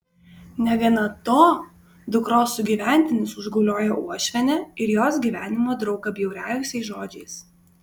negana to dukros sugyventinis užgaulioja uošvienę ir jos gyvenimo draugą bjauriausiais žodžiais